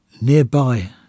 Nearby